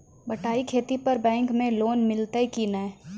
बटाई खेती पर बैंक मे लोन मिलतै कि नैय?